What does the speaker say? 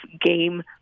game